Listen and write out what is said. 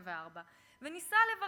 אבל אתה תודיע